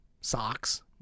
socks